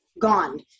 Gone